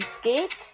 skate